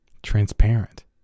Transparent